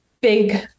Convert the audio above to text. big